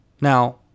Now